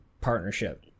partnership